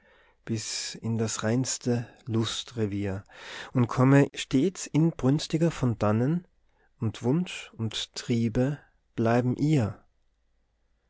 bis in das reinste lustrevier und komme stets inbrünstiger von dannen und wunsch und triebe bleiben ihr